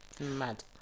mad